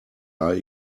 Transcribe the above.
are